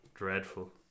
dreadful